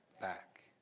back